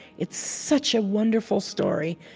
it's such a wonderful story.